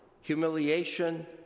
humiliation